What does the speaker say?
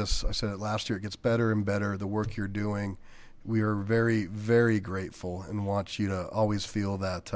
this i said it last year it gets better and better the work you're doing we are very very grateful and wants you to always feel that